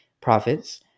profits